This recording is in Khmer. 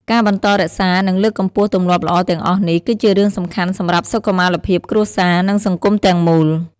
ការបន្តរក្សា និងលើកកម្ពស់ទម្លាប់ល្អទាំងអស់នេះ គឺជារឿងសំខាន់សម្រាប់សុខុមាលភាពគ្រួសារ និងសង្គមទាំងមូល។